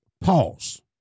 Pause